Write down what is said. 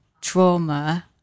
trauma